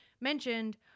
mentioned